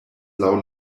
laŭ